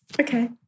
okay